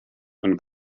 und